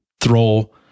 throw